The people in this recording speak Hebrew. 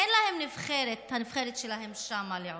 אין להם את הנבחרת שלהם שם, לעודד,